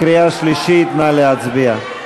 קריאה שלישית, נא להצביע.